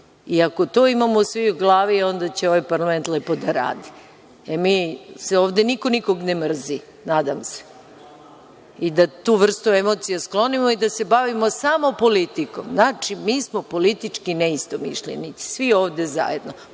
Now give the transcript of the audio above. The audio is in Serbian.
I ako to imamo svi u glavi, onda će ovaj parlament lepo da radi. Jer, ovde niko nikog ne mrzi, nadam se. Takvu vrstu emocija treba da sklonimo i da se bavimo samo politikom. Znači, mi smo politički neistomišljenici. Svi ovde zajedno.